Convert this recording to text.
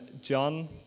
john